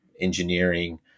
engineering